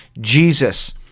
Jesus